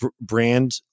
brand